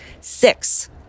Six